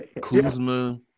Kuzma